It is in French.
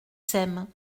s’aiment